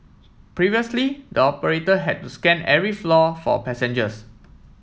previously the operator had to scan every floor for passengers